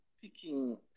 picking